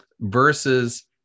versus